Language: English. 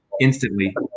instantly